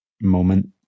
moment